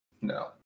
No